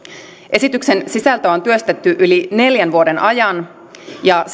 esityksen sisältöä on työstetty yli neljän vuoden ajan ja